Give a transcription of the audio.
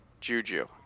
Juju